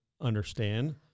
understand